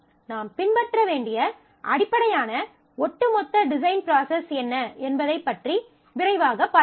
நாம் பின்பற்ற வேண்டிய அடிப்படையான ஒட்டுமொத்த டிசைன் ப்ராசஸ் என்ன என்பதைப் பற்றி விரைவாகப் பார்ப்போம்